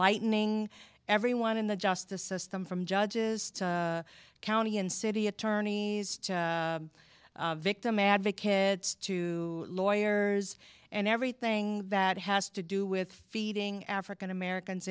lightening everyone in the justice system from judges to county and city attorney's to victim advocates to lawyers and everything that has to do with feeding african americans